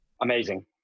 Amazing